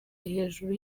hejuru